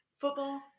football